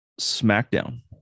SmackDown